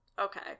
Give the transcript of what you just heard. Okay